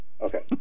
Okay